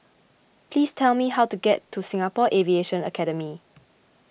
please tell me how to get to Singapore Aviation Academy